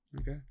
Okay